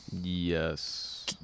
Yes